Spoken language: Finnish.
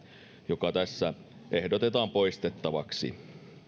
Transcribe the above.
joka tässä ehdotetaan poistettavaksi